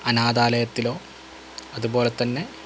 അനാഥാലയത്തിലോ അതുപോലെതന്നെ